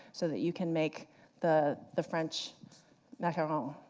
so that you can make the the french macaroon.